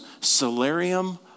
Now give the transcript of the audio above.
salarium